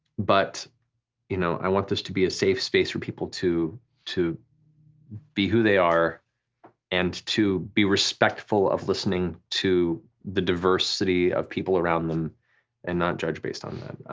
but you know i want this to be a safe space for people to to be who they are and to be respectful of listening to the diversity of people around them and not judge based on that.